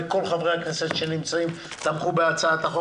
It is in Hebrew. כל חברי הכנסת שנמצאים תמכו בהצעת הצו.